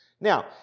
Now